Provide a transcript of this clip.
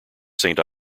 saint